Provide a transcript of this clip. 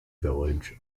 village